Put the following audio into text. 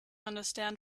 understand